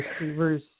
receivers